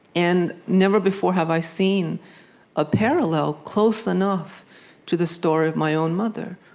and never before have i seen a parallel close enough to the story of my own mother,